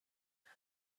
and